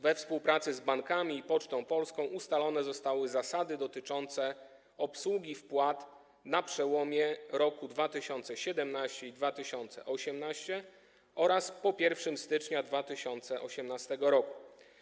We współpracy z bankami i Pocztą Polską ustalone zostały zasady dotyczące obsługi wpłat na przełomie roku 2017 i 2018 oraz po 1 stycznia 2018 r.